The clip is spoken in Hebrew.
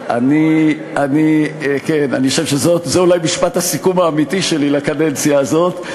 אני חושב שזה אולי משפט הסיכום האמיתי שלי לקדנציה הזאת,